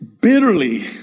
bitterly